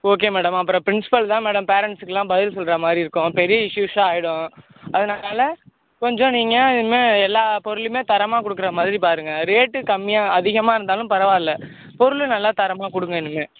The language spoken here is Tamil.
ஓகே மேடம் அப்புறம் பிரின்ஸிபல் தான் மேடம் பேரன்ஸுக்கெல்லாம் பதில் சொல்கிற மாதிரி இருக்கும் பெரிய இஸ்யூஸ் ஆயிடும் அதனால கொஞ்சம் நீங்கள் இனிமே எல்லா பொருளையுமே தரமாக கொடுக்கற மாதிரி பாருங்கள் ரேட் கம்மியாக அதிகமாக இருந்தாலும் பரவாயில்ல பொருள் நல்ல தரமாக கொடுங்க இனிமே